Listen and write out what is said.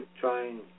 trying